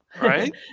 Right